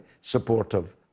supportive